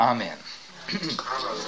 Amen